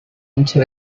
into